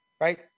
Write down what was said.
Right